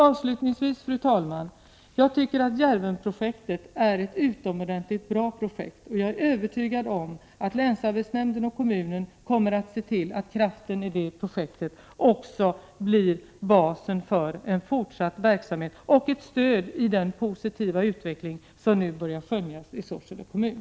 Avslutningsvis, fru talman, tycker jag att Djärvenprojektet är ett utomordentligt bra projekt, och jag är övertygad om att länsarbetsnämnden och kommunen kommer att se till att kraften i detta projekt också blir basen för en fortsatt verksamhet och ett stöd i den positiva utveckling som nu börjar skönjas i Sorsele kommun.